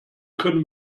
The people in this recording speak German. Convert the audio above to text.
können